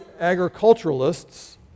agriculturalists